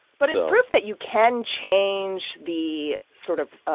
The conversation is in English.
but it's proof that you can change the sort of